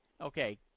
Okay